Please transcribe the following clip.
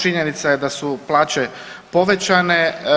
Činjenica je da su plaće povećane.